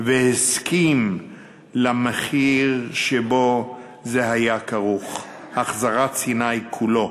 והסכים למחיר שבו זה היה כרוך, החזרת סיני כולו.